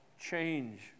change